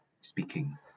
speaking